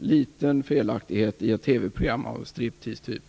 liten felaktighet i ett TV-program av typen Striptease.